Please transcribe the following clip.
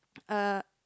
uh